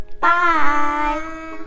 Bye